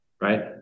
right